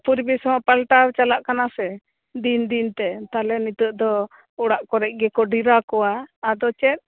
ᱯᱚᱨᱤᱵᱮᱥ ᱦᱚᱸ ᱯᱟᱞᱴᱟᱣ ᱪᱟᱞᱟᱜ ᱠᱟᱱᱟ ᱥᱮ ᱫᱤᱱ ᱫᱤᱱ ᱛᱮ ᱛᱟᱞᱦᱮ ᱱᱤᱛᱟᱹᱜ ᱫᱚ ᱚᱲᱟᱜ ᱠᱚᱨᱮ ᱜᱮᱠᱚ ᱰᱮᱨᱟ ᱠᱚᱣᱟ ᱟᱫᱚ ᱪᱮᱫ